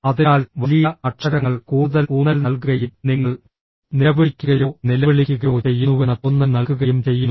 അതിനാൽ വലിയ അക്ഷരങ്ങൾ കൂടുതൽ ഊന്നൽ നൽകുകയും നിങ്ങൾ നിലവിളിക്കുകയോ നിലവിളിക്കുകയോ ചെയ്യുന്നുവെന്ന തോന്നൽ നൽകുകയും ചെയ്യുന്നു